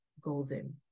golden